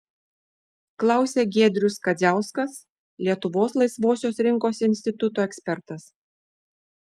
klausia giedrius kadziauskas lietuvos laisvosios rinkos instituto ekspertas